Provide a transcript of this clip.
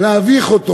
מביך אותו,